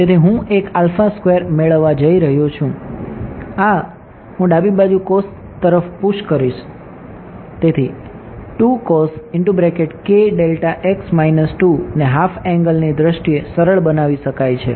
તેથી હું એક મેળવવા જઈ રહ્યો છું આ હું ડાબી બાજુ cos તરફ પુશ કરીશ તેથી ને હાફ એંગલ ની દ્રષ્ટિએ સરળ બનાવી શકાય છે